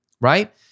right